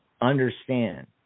understand